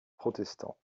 protestant